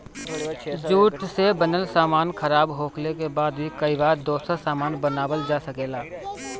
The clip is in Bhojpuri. जूट से बनल सामान खराब होखले के बाद भी कई बार दोसर सामान बनावल जा सकेला